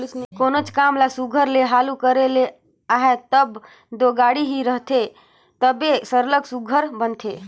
कोनोच काम ल सुग्घर ले हालु करे ले अहे तब दो गाड़ी ही रहथे तबे सरलग सुघर बनथे